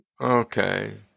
Okay